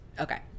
okay